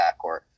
backcourt